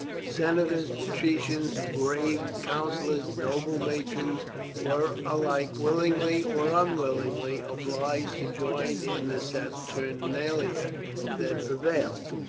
senators, patricians, grave councillors, noble matrons were alike willingly or unwillingly obliged to join in the saturnalia that prevailed.